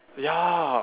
ya